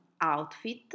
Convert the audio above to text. outfit